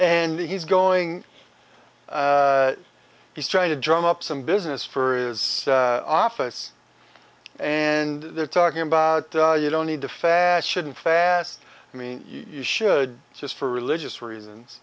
and he's going he's trying to drum up some business for is office and they're talking about you don't need to fashion fast i mean you should just for religious reasons